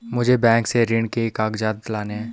मुझे बैंक से ऋण के कागजात लाने हैं